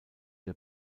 der